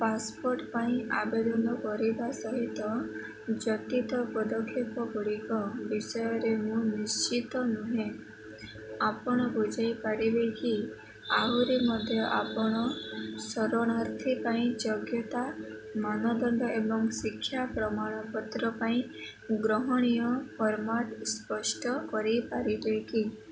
passport ପାଇଁ ଆବେଦନ କରିବା ସହିତ ଜଡ଼ିତ ପଦକ୍ଷେପ ଗୁଡ଼ିକ ବିଷୟରେ ମୁଁ ନିଶ୍ଚିତ ନୁହେଁ ଆପଣ ବୁଝାଇପାରିବେ କି ଆହୁରି ମଧ୍ୟ ଆପଣ ଶରଣାର୍ଥୀ ପାଇଁ ଯୋଗ୍ୟତା ମାନଦଣ୍ଡ ଏବଂ ଶିକ୍ଷା ପ୍ରମାଣପତ୍ର ପାଇଁ ଗ୍ରହଣୀୟ ଫର୍ମାଟ୍ ସ୍ପଷ୍ଟ କରିପାରିବେ କି